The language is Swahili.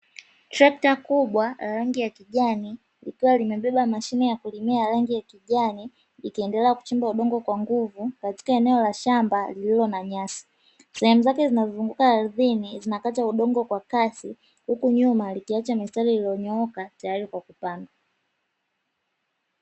Trekta kubwa la rangi ya kijani likiwa limebeba mashine ya kulimia la rangi ya kijani, likiendelea kuchimba udongo kwa nguvu katika eneo la shamba lililo na nyasi, sehemu zake zinazunguka ardhini zinakata udongo kwa kasi, huku nyuma likiacha mistari iliyonyooka tayari kwa kupanda.